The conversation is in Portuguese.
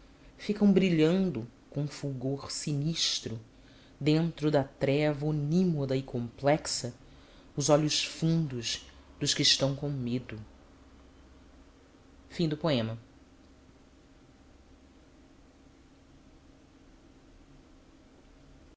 ficam brilhando com fulgor sinistro dentro da treva onímoda e complexa os olhos fundos dos que estão com medo a